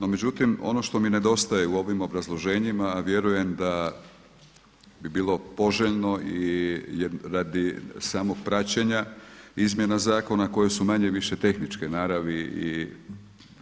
No međutim, ono što mi nedostaje u ovim obrazloženjima, a vjerujem da bi bilo poželjno radi samog praćenja izmjena zakona koje su manje-više tehničke naravi i